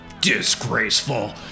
Disgraceful